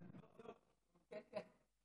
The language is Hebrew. סליחה, חברת הכנסת מירב בן ארי, חברת הכנסת קטי.